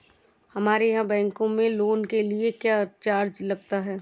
हमारे यहाँ बैंकों में लोन के लिए क्या चार्ज लगता है?